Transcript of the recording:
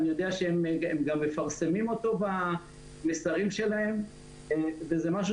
אני יודע שהם גם מפרסמים אותו במסרים שלהם וזה משהו